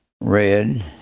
red